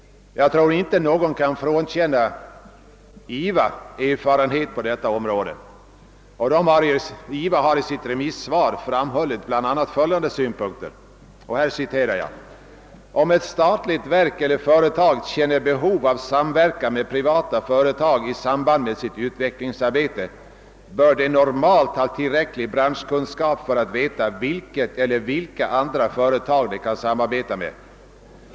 Jag tror inte att någon kan frånkänna IVA erfarenhet på detta område, och IVA har i sitt remissvar framhållit bl.a. följande: »Om ett statligt verk eller företag känner behov av samverkan med privata företag i samband med sitt utvecklingsarbete, bör de normalt ha tillräcklig branschkunskap för att veta, vilket eller vilka andra företag de kan samarbeta med.